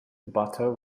butter